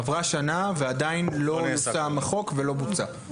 עברה שנה ועדיין לא יושם החוק ולא בוצע?